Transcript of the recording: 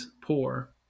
poor